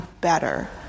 better